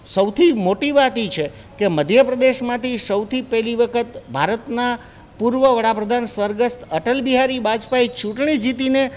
સૌથી મોટી વાત એ છે કે મધ્ય પ્રદેશમાંથી સૌથી પહેલી વખત ભારતના પૂર્વ વડાપ્રધાન સ્વર્ગસ્થ અટલ બિહારી બાજપાઈ ચૂંટણી જીતીને